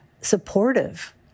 supportive